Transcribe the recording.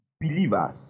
believers